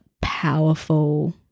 powerful